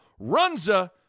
Runza